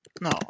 No